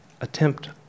attempt